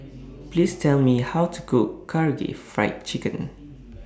Please Tell Me How to Cook Karaage Fried Chicken